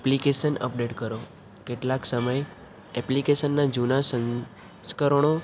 application update કરો કેટલાક સમય ઍપ્લિકેશનના જૂના સંસ્કરણો